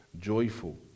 joyful